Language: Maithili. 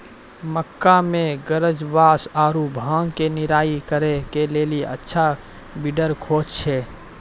मक्का मे गाजरघास आरु भांग के निराई करे के लेली अच्छा वीडर खोजे छैय?